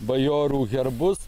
bajorų herbus